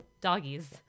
Doggies